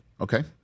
Okay